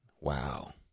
Wow